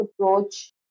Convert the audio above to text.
approach